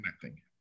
connecting